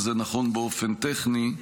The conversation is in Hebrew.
וזה נכון באופן טכני,